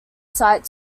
site